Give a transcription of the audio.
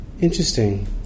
interesting